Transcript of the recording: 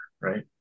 right